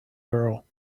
girl